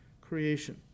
creation